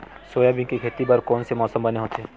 Soybean के खेती बर कोन से मौसम बने होथे?